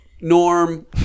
norm